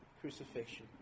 crucifixion